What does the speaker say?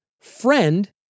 friend